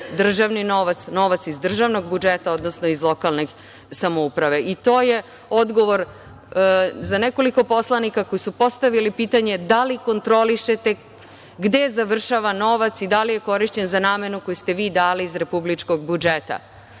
državni novac, novac iz državnog budžeta, odnosno iz lokalne samouprave. To je odgovor za nekoliko poslanika koji su postavili pitanje – da li kontrolišete gde završava novac i da li je korišćen za namenu koji ste vi davali iz republičkog budžeta?